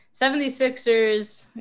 76ers